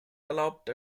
erlaubt